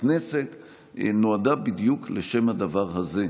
הכנסת נועדה בדיוק לשם הדבר הזה,